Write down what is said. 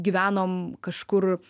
gyvenom kažkur